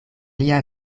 lia